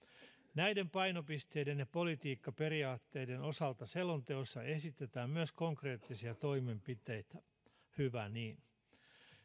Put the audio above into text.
näiden painopisteiden ja politiikkaperiaatteiden osalta selonteossa esitetään myös konkreettisia toimenpiteitä hyvä niin